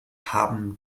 haben